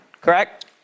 Correct